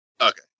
Okay